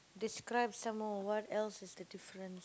describe some more what else is the difference